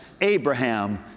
Abraham